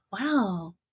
wow